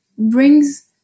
brings